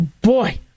boy